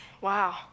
Wow